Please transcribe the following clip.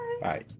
Bye